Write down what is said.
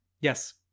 Yes